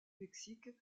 mexique